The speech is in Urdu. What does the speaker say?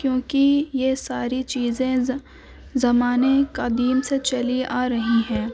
کیونکہ یہ ساری چیزیں زمانہ قدیم سے چلی آ رہی ہیں